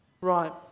right